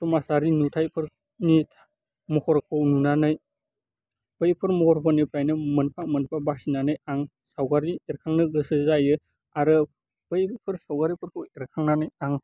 समाजारि नुथायफोरनि महरखौ नुनानै बैफोर महरफोरनिफ्रायनो मोनफा मोनफा बासिनानै आं मोनफा मोनफा बासिनानै आं सावगारि एरखांनो गोसो जायो आरो बैफोर सावगारिफोरखौ एरखांनानै आं